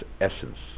essence